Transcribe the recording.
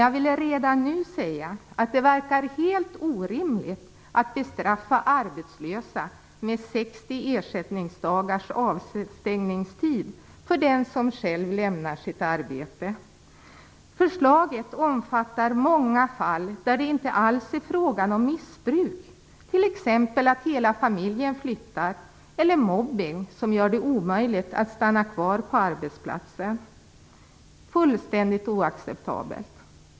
Jag vill dock redan nu säga att det verkar helt orimligt att bestraffa arbetslösa med 60 dagars ersättningsdagars avstängningstid för den som själv lämnar sitt arbete. Förslaget omfattar många fall där det inte alls är fråga om missbruk, t.ex. att hela familjen flyttar eller att det gäller mobbning som gör det omöjligt för den drabbade att stanna kvar på arbetsplatsen. Det är helt oacceptabelt.